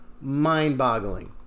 mind-boggling